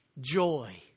joy